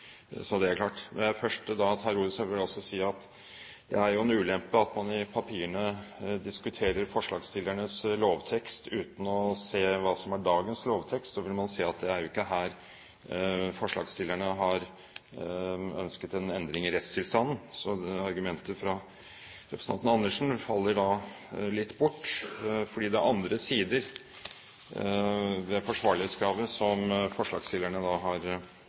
så det er klart. Når jeg først tar ordet, vil jeg også si at det er en ulempe at man i papirene diskuterer forslagsstillernes forslag til lovtekst uten å se på hva som er dagens lovtekst. Da vil man se at det er jo ikke her forslagsstillerne har ønsket en endring i rettstilstanden. Argumentet fra representanten Andersen faller da litt bort, for det er andre sider ved forsvarlighetskravet som forslagsstillerne har utdypet i sitt forslag. Flere har